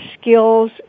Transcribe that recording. skills